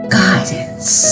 guidance